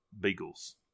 beagles